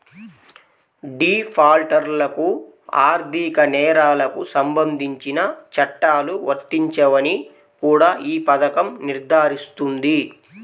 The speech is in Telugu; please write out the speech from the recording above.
డిఫాల్టర్లకు ఆర్థిక నేరాలకు సంబంధించిన చట్టాలు వర్తించవని కూడా ఈ పథకం నిర్ధారిస్తుంది